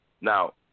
Now